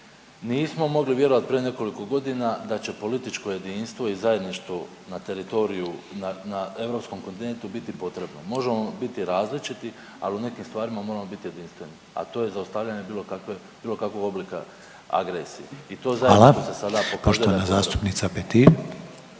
Nismo mogli vjerovati prije nekoliko godina da će političko jedinstvo i zajedništvo na teritoriju na europskom kontinentu biti potrebno. Možemo biti različiti ali u nekim stvarima moramo biti jedinstveni, a to je zaustavljanje bilo kakvog oblika agresije i to zajedno se